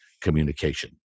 communication